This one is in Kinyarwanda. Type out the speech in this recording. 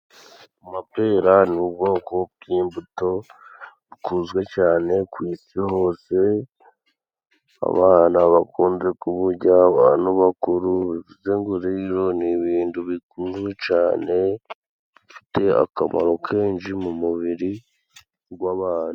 Amapera ni ubwoko bw'imbuto bukunzwe cyane ku isi hose. Abana bakunze kuburya, abantu bakuru, bivuze ngo rero ni ibintu bizwi cyane bifite akamaro kenshi mu mubiri w'abantu.